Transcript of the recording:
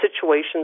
situations